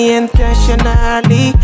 intentionally